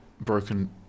Broken